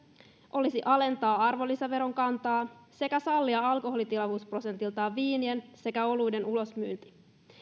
olisi alentaa arvonlisäveron kantaa sekä sallia alkoholitilavuusprosentiltaan viinien sekä oluiden ulosmyynti